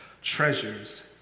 treasures